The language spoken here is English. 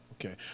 okay